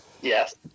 Yes